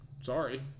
sorry